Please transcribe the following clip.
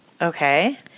Okay